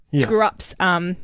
screw-ups